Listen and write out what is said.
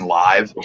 live